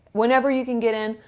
whenever you can get in,